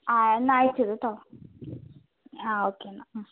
ആ എന്നാൽ അയച്ചിടൂ കേട്ടോ ആ ഒക്കെ എന്നാൽ മ്മ്